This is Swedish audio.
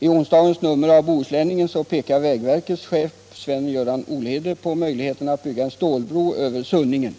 I onsdagens nummer av Bohusläningen pekar vägverkets chef Sven-Göran Olhede på möjligheten att bygga en stålbro över Sunningen.